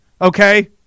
Okay